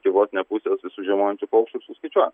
iki vos ne pusės visų žiemojančių paukščių ir susiskaičiuoja